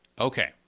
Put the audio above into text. okay